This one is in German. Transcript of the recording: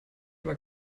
aber